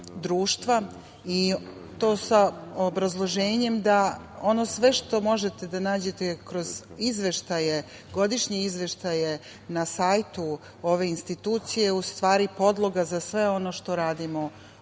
društva i to sa obrazloženjem da ono sve što možete da nađete kroz izveštaje, godišnje izveštaje na sajtu ove institucije je u stvari podloga za sve ono što radimo u